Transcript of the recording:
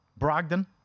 Brogdon